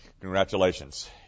congratulations